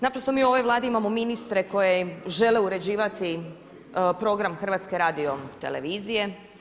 Naprosto mi u ovoj Vladi imamo ministre koji žele uređivati Program Hrvatske radiotelevizije.